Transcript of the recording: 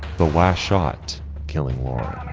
the last shot killing laura.